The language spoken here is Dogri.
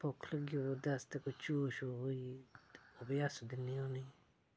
भुक्ख लगी होऐ उस आस्तै कोई चोग शोग ओह् बी अस दिन्ने आं उनेंगी